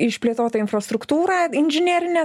išplėtotą infrastruktūrą inžinerinę